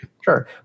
sure